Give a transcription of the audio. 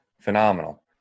phenomenal